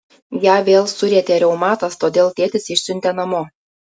ją vėl surietė reumatas todėl tėtis išsiuntė namo